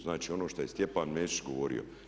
Znači, ono šta je Stjepan Mesić govorio.